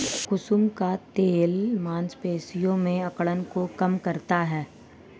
कुसुम का तेल मांसपेशियों में अकड़न को कम करता है